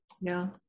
No